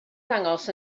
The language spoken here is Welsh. ddangos